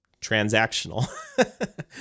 transactional